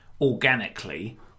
organically